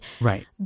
Right